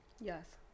Yes